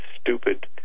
stupid